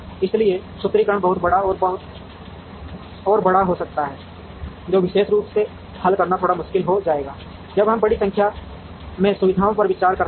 इसलिए सूत्रीकरण बहुत बड़ा और बड़ा हो सकता है जो विशेष रूप से हल करना थोड़ा मुश्किल हो जाएगा जब हम बड़ी संख्या में सुविधाओं पर विचार कर रहे हैं